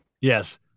Yes